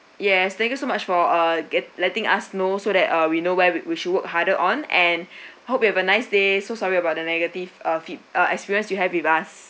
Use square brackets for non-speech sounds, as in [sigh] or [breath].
yes thank you so much for uh get letting us know so that uh we know where we we should work harder on and [breath] hope you have a nice day so sorry about the negative uh feed uh experience you have with us